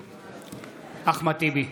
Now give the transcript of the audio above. בעד אחמד טיבי,